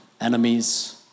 enemies